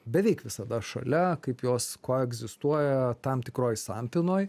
beveik visada šalia kaip jos koegzistuoja tam tikroj sampynoj